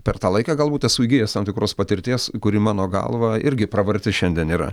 per tą laiką galbūt esu įgijęs tam tikros patirties kuri mano galva irgi pravarti šiandien yra